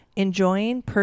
enjoying